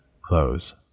close